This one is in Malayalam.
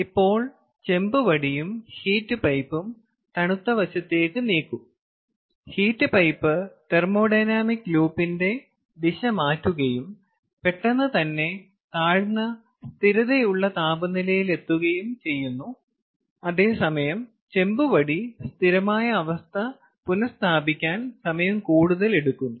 ഇപ്പോൾ ചെമ്പ് വടിയും ഹീറ്റ് പൈപ്പും തണുത്ത വശത്തേക്ക് നീക്കും ഹീറ്റ് പൈപ്പ് തെർമോഡൈനാമിക് ലൂപ്പിന്റെ ദിശ മാറ്റുകയും പെട്ടെന്ന് തന്നെ താഴ്ന്ന സ്ഥിരതയുള്ള താപനിലയിലെത്തുകയും ചെയ്യുന്നു അതേസമയം ചെമ്പ് വടി സ്ഥിരമായ അവസ്ഥ പുനസ്ഥാപിക്കാൻ സമയം കൂടുതൽ എടുക്കുന്നു